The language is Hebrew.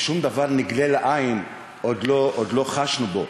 ושום דבר נגלה לעין עוד לא חשנו בו,